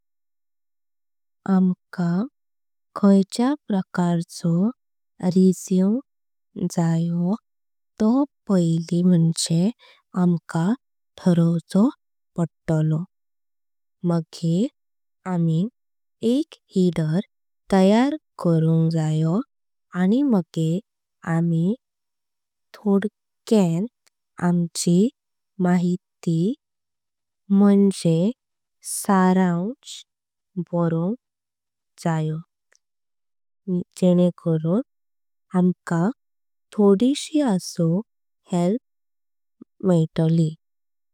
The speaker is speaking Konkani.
आम्का खायचो प्रकारचो रिज्यूमे जायो तो। थारोवंक जाय मागेर आमि एक। हेडर तयार करण्क जायो आणि मागेर। आमि थोडक्या माहिती। म्हणजे सारांश बारोन्क जायो